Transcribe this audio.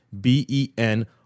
b-e-n